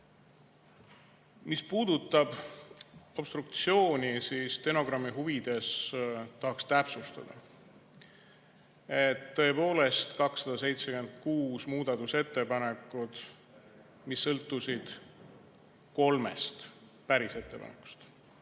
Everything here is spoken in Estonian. Mis puudutab obstruktsiooni, siis stenogrammi huvides tahaksin täpsustada, et tõepoolest oli 276 muudatusettepanekut, mis sõltusid kolmest päris ettepanekust,